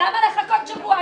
אז למה לחכות שבוע?